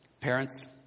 Parents